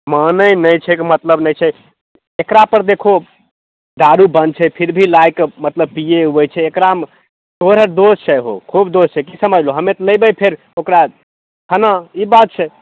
मानै नहि छै कि मतलब नहि छै एकरा पर देखो दारू बन्द छै फिर भी लाबिके मतलब पियै उयै छै एकरामे पूरे दोषे छै हौ खूब दोष छै कि समझलौ हमे तऽ अयबै फेर ओकरा हइ ने ई बात छै